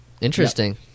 Interesting